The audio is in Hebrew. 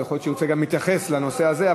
ויכול להיות שהוא ירצה גם להתייחס לנושא הזה.